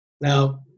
Now